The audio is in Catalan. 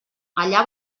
allà